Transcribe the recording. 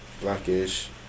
Blackish